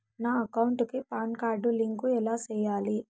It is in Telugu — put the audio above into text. నా అకౌంట్ కి పాన్ కార్డు లింకు ఎలా సేయాలి